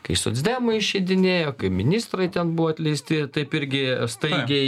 kai socdemai išeidinėjo kai ministrai ten buvo atleisti taip irgi staigiai